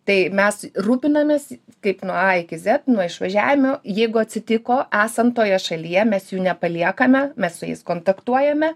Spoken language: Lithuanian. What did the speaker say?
tai mes rūpinamės kaip nuo a iki zet nuo išvažiavimo jeigu atsitiko esant toje šalyje mes jų nepaliekame mes su jais kontaktuojame